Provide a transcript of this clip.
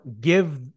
give